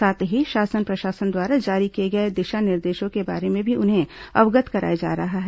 साथ ही शासन प्रशासन द्वारा जारी किए गए दिशा निर्देशों के बारे में भी उन्हें अवगत कराया जा रहा है